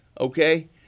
okay